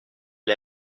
est